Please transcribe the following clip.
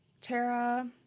Tara